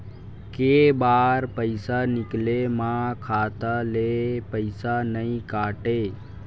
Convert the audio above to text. के बार पईसा निकले मा खाता ले पईसा नई काटे?